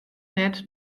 net